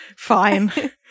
fine